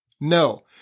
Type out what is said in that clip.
No